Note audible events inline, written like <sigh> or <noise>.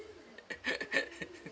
<laughs>